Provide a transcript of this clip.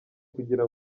kugira